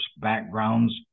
backgrounds